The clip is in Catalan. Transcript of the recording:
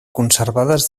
conservades